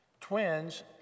Twins